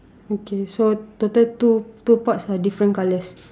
okay so total two two pots are different colours